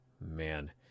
man